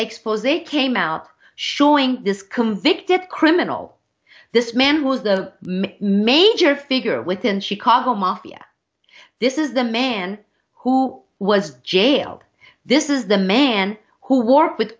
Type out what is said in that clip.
expos came out showing this convicted criminal this man was the major figure within chicago mafia this is the man who was jailed this is the man who war with